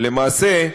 למעשה,